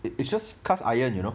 it it's just cast iron you know